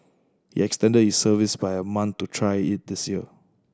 he extended his service by a month to try it this year